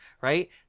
Right